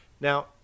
now